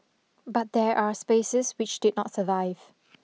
but there are spaces which did not survive